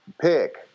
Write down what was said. pick